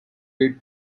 aide